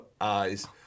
eyes